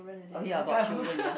okay about children ya